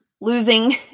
losing